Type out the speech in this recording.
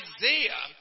Isaiah